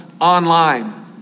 online